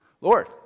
Lord